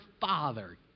father